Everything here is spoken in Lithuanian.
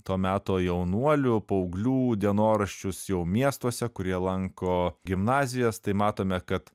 to meto jaunuolių paauglių dienoraščius jau miestuose kurie lanko gimnazijas tai matome kad